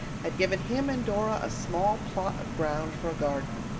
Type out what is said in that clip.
had given him and dora a small plot of ground for a garden.